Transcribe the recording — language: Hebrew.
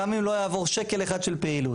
גם אם לא יעבור שקל אחד של פעילות.